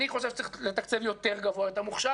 חושב שצריך לתקצב יותר גבוה את המוכש"ר